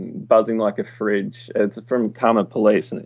buzzing like a fridge, it's from karma police. and